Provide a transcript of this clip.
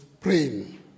praying